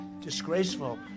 disgraceful